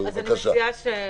בבקשה.